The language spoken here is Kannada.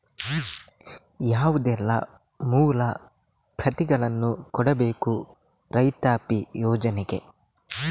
ಯಾವುದೆಲ್ಲ ಮೂಲ ಪ್ರತಿಗಳನ್ನು ಕೊಡಬೇಕು ರೈತಾಪಿ ಯೋಜನೆಗೆ?